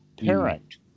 parent